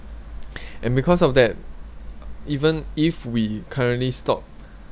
and because of that even if we currently stop